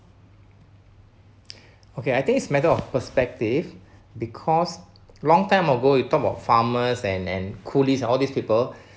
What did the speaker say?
okay I think it's a matter of perspective because long time ago you talk of farmers and and coolies all these people